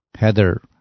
Heather